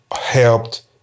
helped